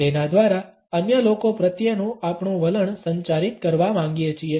તેના દ્વારા અન્ય લોકો પ્રત્યેનું આપણું વલણ સંચારિત કરવા માંગીએ છીએ